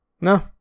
No